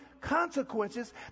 consequences